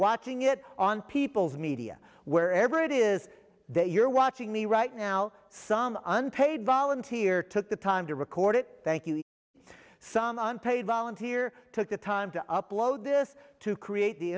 watching it on people's media wherever it is that you're watching me right now some unpaid volunteer took the time to record it thank you some unpaid volunteer took the time to upload this to create the